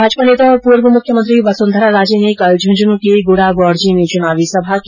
भाजपा नेता और पूर्व मुख्यमंत्री वसुंधरा राजे ने कल झुंझुनू के गुढागोडजी में चुनावी सभा की